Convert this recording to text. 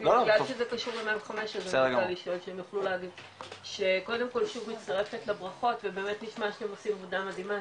-- -קודם כל שוב מצטרפת לברכות ובאמת נשמע שאתם עושים עבודה מדהימה,